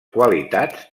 qualitats